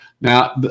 Now